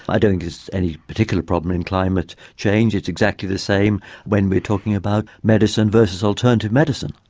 i don't think it's any particular problem in climate change, it's exactly the same when we're talking about medicine versus alternative medicine,